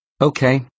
Okay